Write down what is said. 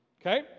Okay